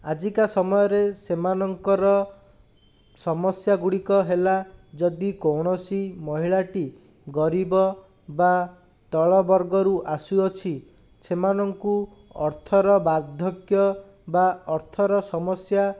ଆଜିକା ସମୟରେ ସମୟରେ ସେମାନଙ୍କର ସମସ୍ୟା ଗୁଡ଼ିକ ହେଲା ଯଦି କୌଣସି ମହିଳାଟି ଗରିବ ବା ତଳ ବର୍ଗରୁ ଆସୁଅଛି ସେମାନଙ୍କୁ ଅର୍ଥର ବାର୍ଦ୍ଧକ୍ୟ ବା ଅର୍ଥର ସମସ୍ୟା